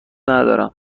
ندارم